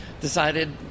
decided